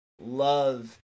love